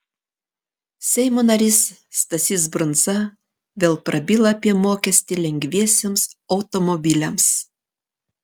seimo narys stasys brundza vėl prabyla apie mokestį lengviesiems automobiliams